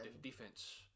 defense